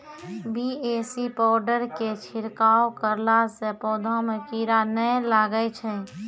BAC powder के छिड़काव करला से पौधा मे कीड़ा नैय लागै छै?